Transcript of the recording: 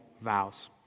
vows